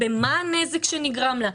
מה הנזק שנגרם לה.